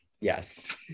yes